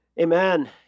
amen